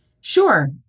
Sure